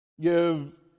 give